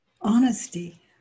Honesty